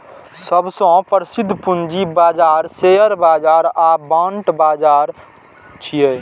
सबसं प्रसिद्ध पूंजी बाजार शेयर बाजार आ बांड बाजार छियै